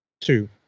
Two